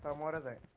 um one of it's